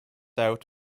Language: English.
out